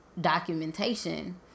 documentation